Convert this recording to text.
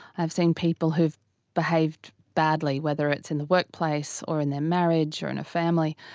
i have seen people who have behaved badly, whether it's in the workplace or in their marriage or in a family,